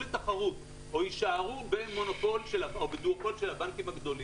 אם הם יפתחו לתחרות או יישארו בדואופול של הבנקים הגדולים,